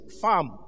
farm